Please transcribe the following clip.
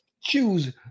choose